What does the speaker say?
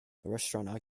restaurant